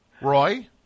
Roy